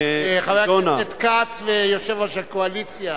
חבר הכנסת כץ ויושב-ראש הקואליציה,